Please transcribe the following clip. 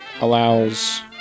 allows